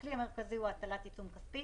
הכלי המרכזי הוא הטלת עיצום כספי